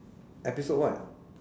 episode what